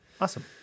Awesome